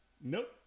Nope